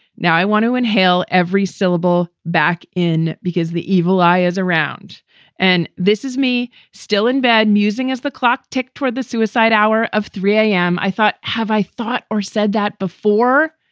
now i want to inhale every syllable back in because the evil eye is around and this is me still in bed musing as the clock ticked toward the suicide hour of three zero a m, i thought. have i thought or said that before?